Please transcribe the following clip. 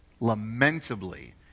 Lamentably